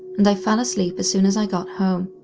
and i fell asleep as soon as i got home.